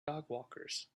dogwalkers